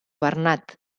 bernat